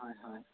হয় হয়